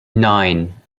nine